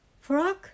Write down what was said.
Frog